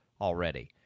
already